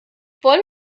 wollen